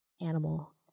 Animal